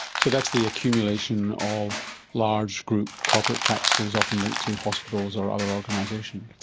so that's the accumulation of large group corporate practices often linked to hospitals or other organisations?